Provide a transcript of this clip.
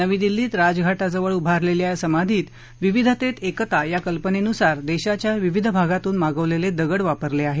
नवी दिल्लीत राजघाटाजवळ उभारलेल्या या समाधीत विविधतेत एकता या कल्पनेनुसार देशाच्या विविध भागातून मागवलेले दगड वापरले आहेत